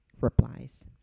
replies